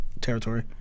territory